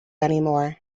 anymore